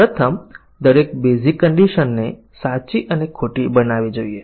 તેમાં દરેક ઘટક સ્થિતિ સાચી અને ખોટી કિંમત લે છે